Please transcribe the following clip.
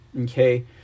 okay